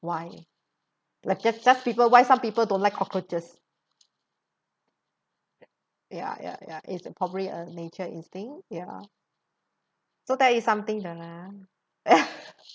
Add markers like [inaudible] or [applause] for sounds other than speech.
why like some people why some people don't like cockroaches ya ya ya it's probably a nature instinct ya so there is something that [laughs]